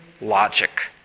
logic